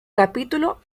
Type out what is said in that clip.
capítulo